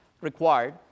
required